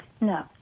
No